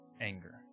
anger